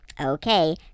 Okay